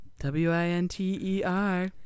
W-I-N-T-E-R